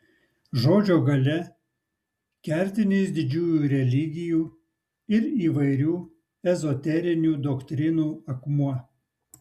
žodžio galia kertinis didžiųjų religijų ir įvairių ezoterinių doktrinų akmuo